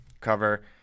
Cover